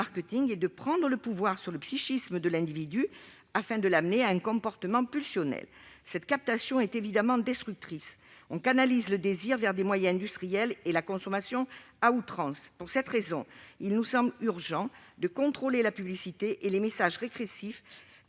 but de prendre le pouvoir sur le psychisme de l'individu, afin de l'amener à un comportement pulsionnel. Cette captation est évidemment destructrice. On canalise le désir vers des moyens industriels et la consommation à outrance. Pour cette raison, il nous semble urgent de contrôler la publicité et les messages régressifs